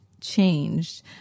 changed